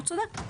הוא צודק.